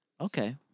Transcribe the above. Okay